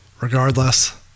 regardless